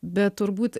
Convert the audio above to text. bet turbūt